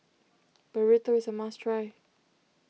Burrito is a must try